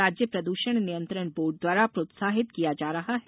राज्य प्रद्षण नियंत्रण बोर्ड द्वारा प्रोत्साहित किया जा रहा है